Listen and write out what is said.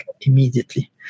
immediately